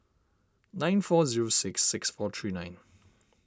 nine four zero six six four three nine